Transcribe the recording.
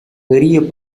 பெரிய